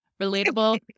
relatable